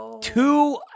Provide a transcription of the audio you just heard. two